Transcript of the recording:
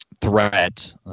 threat